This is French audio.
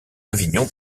avignon